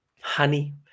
honey